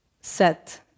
set